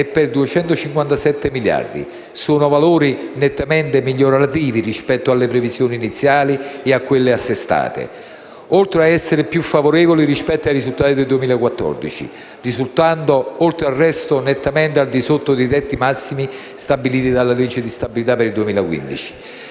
è pari a 257 miliardi. Sono valori nettamente migliorativi rispetto alle previsioni iniziali e a quelle assestate, oltre ad essere più favorevoli rispetto ai risultati del 2014, risultando, oltre al resto, nettamente al di sotto dei tetti massimi stabiliti dalla legge di stabilità per il 2015.